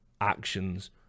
actions